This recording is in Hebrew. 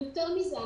יותר מזה,